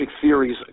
theories